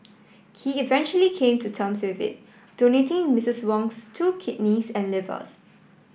he eventually came to terms with it donating Misstress Wong's two kidneys and livers